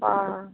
बा